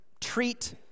treat